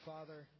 Father